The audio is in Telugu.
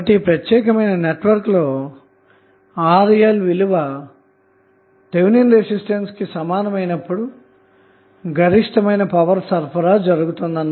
కాబట్టి ఈ ప్రత్యేక నెట్వర్క్లో RL విలువథెవినిన్ రెసిస్టెన్స్ కు సమానమైనప్పుడు గరిష్టమైన పవర్ సరఫరా జరుగుతుంది